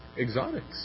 exotics